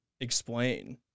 explain